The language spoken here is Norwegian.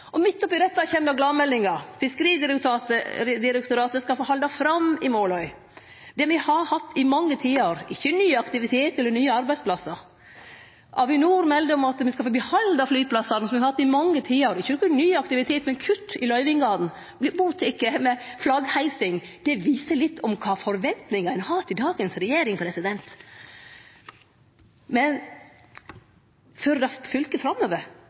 og meir sentraliserte arbeidsplassar. Midt oppi dette kjem gladmeldinga: Fiskeridirektoratet skal få halde fram i Måløy. Det har me hatt i mange tiår – det er ikkje ny aktivitet eller nye arbeidsplassar. Avinor melde om at me skal få behalde flyplassane, som vi har hatt i mange tiår – det er ikkje noko ny aktivitet, men kutt i løyvingane. Det vert teke imot med flaggheising! Det viser litt om kva forventningar ein har til dagens regjering. Men fører det fylket framover